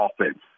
offense